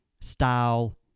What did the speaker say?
Style